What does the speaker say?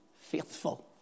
faithful